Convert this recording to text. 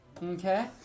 Okay